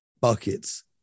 buckets